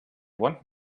want